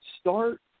start